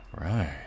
Right